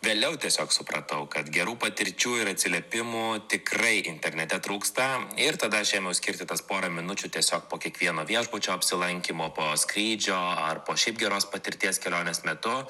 vėliau tiesiog supratau kad gerų patirčių ir atsiliepimų tikrai internete trūksta ir tada aš ėmiau skirti tas porą minučių tiesiog po kiekvieno viešbučio apsilankymo po skrydžio ar po šiaip geros patirties kelionės metu